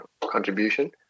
contribution